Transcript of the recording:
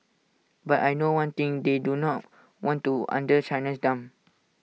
but I know one thing they do not want to under China's thumb